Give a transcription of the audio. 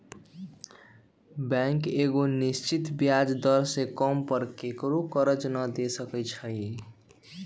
bank एगो निश्चित ब्याज दर से कम पर केकरो करजा न दे सकै छइ